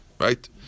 right